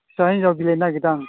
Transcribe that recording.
फिसा हिनजाव बिलायनो नागिरदों आं